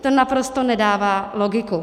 To naprosto nedává logiku.